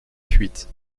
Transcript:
fuite